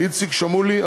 איציק שמולי,